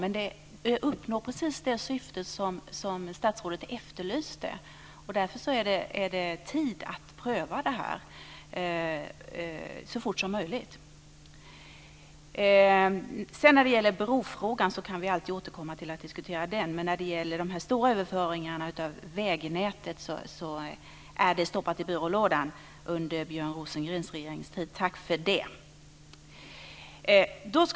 Men man uppnår precis det syfte som statsrådet efterlyste. Därför är det tid att pröva det, så fort som möjligt. Vi kan alltid återkomma till en diskussion om brofrågan. Förslaget om stora överföringar av vägnätet är stoppat i byrålådan under Björn Rosengrens regeringstid. Tack för det!